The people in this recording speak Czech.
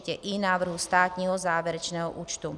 I návrhu státního závěrečného účtu.